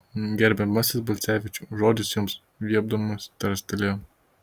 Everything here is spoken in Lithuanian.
gerbiamasis balcevičiau žodis jums viepdamasi tarstelėjo